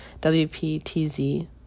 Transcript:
WPTZ